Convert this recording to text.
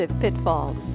pitfalls